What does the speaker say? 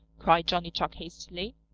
cried johnny chuck hastily.